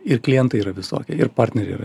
ir klientai yra visokie ir partneriai yra